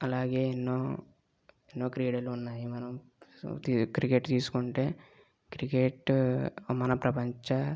అలాగే ఎన్నో క్రీడలు ఉన్నాయి క్రికెట్ తీసుకుంటే క్రికెట్ మన ప్రపంచ